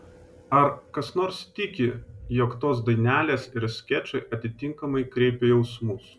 ar kas nors tiki jog tos dainelės ir skečai atitinkamai kreipia jausmus